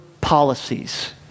policies